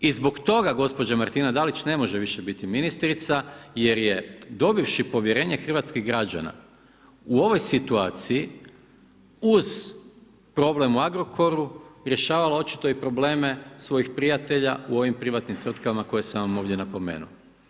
I zbog toga gospođa Martina Dalić ne može više biti ministrica jer je dobivši povjerenje hrvatskih građana u ovoj situaciji uz problem u Agrokoru rješavala očito i probleme svojih prijatelja u ovim privatnim tvrtkama koje sam vam ovdje napomenuo.